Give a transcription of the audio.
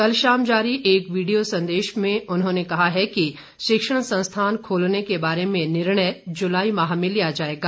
कल शाम जारी एक वीडियो संदेश में कहा है कि शिक्षण संस्थान खोलने के बारे में निर्णय जुलाई माह में लिया जाएगा